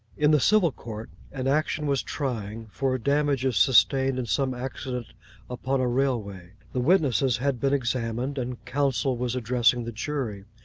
in the civil court an action was trying, for damages sustained in some accident upon a railway. the witnesses had been examined, and counsel was addressing the jury.